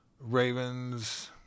Ravens